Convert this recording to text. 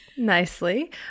Nicely